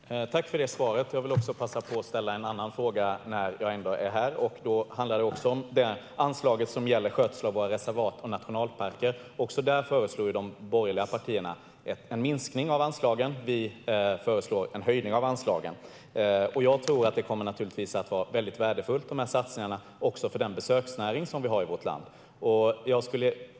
Fru talman! Jag vill tacka för svaret. Jag vill också passa på att ställa en annan fråga. Den handlar om anslaget till skötsel av våra reservat och nationalparker. Också där föreslog de borgerliga partierna en minskning av anslagen. Vi föreslår en höjning. Jag tror att de satsningarna kommer att vara värdefulla, även för den besöksnäring som vi har i vårt land.